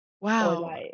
wow